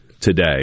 today